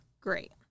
Great